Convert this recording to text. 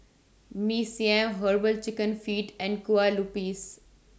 Mee Siam Herbal Chicken Feet and Kueh Lupis